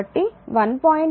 కాబట్టి 1